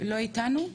ברמה הכמעט יום יומית.